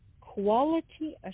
quality